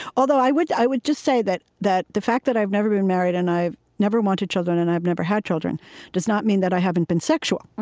although i would i would just say that that the fact that i've never been married and i've never wanted children and i've never had children does not mean that i haven't been sexual.